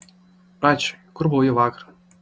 rači kur buvai vakar